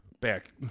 back